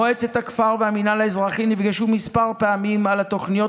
מועצת הכפר והמינהל האזרחי נפגשו כמה פעמים בעניין